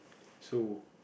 so